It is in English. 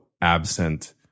absent